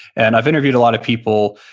and i've interviewed a lot of people,